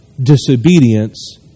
disobedience